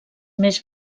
més